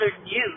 news